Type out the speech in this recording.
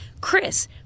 Chris